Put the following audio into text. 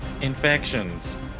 Infections